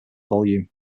volume